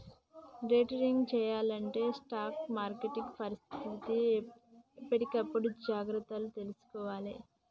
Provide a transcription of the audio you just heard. day trading చెయ్యాలంటే stock మార్కెట్ని పరిశీలిత్తా ఎప్పటికప్పుడు జాగర్తలు తీసుకోవాలే